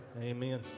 Amen